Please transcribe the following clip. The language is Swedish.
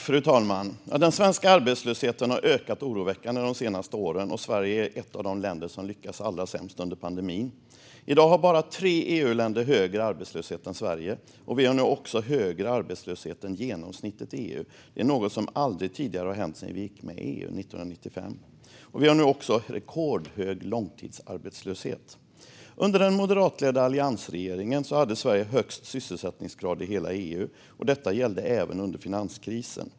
Fru talman! Den svenska arbetslösheten har ökat oroväckande de senaste åren, och Sverige är ett av de länder som lyckats allra sämst under pandemin. I dag har bara tre EU-länder högre arbetslöshet än Sverige. Vi har nu också högre arbetslöshet än genomsnittet i EU. Det är något som aldrig tidigare har hänt, sedan vi gick med i EU 1995. Vi har nu också rekordhög långtidsarbetslöshet. Under den moderatledda alliansregeringen hade Sverige högst sysselsättningsgrad i hela EU, och detta gällde även under finanskrisen.